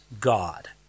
God